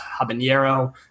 habanero